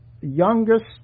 youngest